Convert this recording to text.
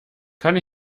kann